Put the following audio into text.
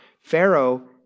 Pharaoh